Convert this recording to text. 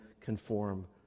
conform